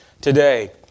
today